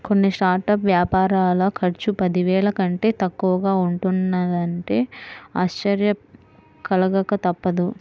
కొన్ని స్టార్టప్ వ్యాపారాల ఖర్చు పదివేల కంటే తక్కువగా ఉంటున్నదంటే ఆశ్చర్యం కలగక తప్పదు